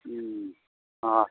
হুম আচ্ছা